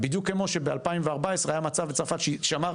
בדיוק כמו שב-2014 היה מצב בצרפת שאמר,